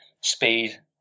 speed